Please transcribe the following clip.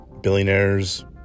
billionaires